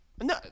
no